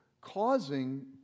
causing